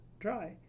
dry